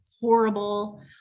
horrible